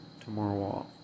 tomorrow